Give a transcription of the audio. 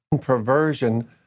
perversion